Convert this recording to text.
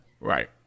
right